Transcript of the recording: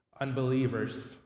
unbelievers